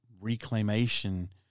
reclamation